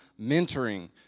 mentoring